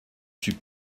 suis